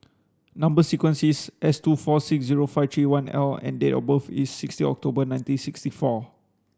number sequence is S two four six zero five three one L and date of birth is sixteen October nineteen sixty four